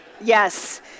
Yes